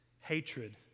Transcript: hatred